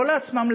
לא לעצמם,